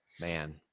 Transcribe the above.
Man